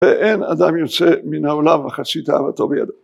‫ואין אדם יוצא מן העולם ‫מחצית תאוותו בידו.